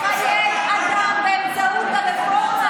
אני מבינה את התסכול שלכם כשאתם יושבים